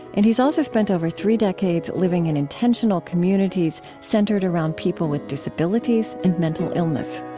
and he's also spent over three decades living in intentional communities centered around people with disabilities and mental illness